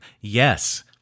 Yes